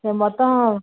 மொத்தம்